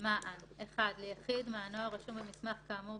בה מנוהל אותו מרשם; אם היחיד הוא תושב אזור, מספר